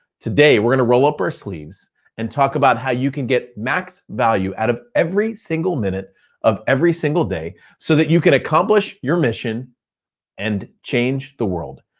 today we're gonna roll up our sleeves and talk about how you can get max value out of every single minute of every single day so that you can accomplish your mission and change the world.